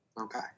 Okay